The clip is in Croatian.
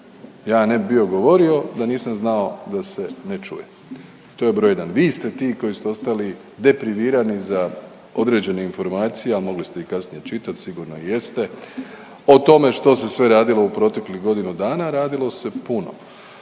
Ja ne bi bio govorio da nisam znao da se ne čuje. To je broj jedan. Vi ste ti koji ste ostali deprivirani za određene informacije, a mogli ste ih kasnije čitat, sigurno i jeste, o tome što se sve radilo u proteklih godinu dana, a radilo se puno,